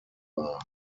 war